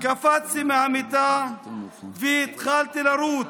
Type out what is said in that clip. קפצתי מהמיטה והתחלתי לרוץ.